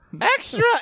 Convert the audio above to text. Extra